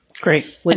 Great